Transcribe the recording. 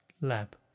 lab